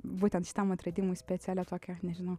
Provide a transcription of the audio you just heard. būtent šitam atradimui specialią tokią nežinau